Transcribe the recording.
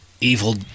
evil